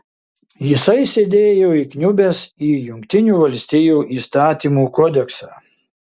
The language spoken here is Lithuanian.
jisai sėdėjo įkniubęs į jungtinių valstijų įstatymų kodeksą